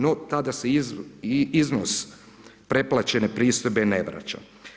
No tada se iznos pretplaćene pristojbe ne vraća.